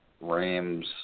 Rams